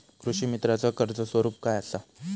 कृषीमित्राच कर्ज स्वरूप काय असा?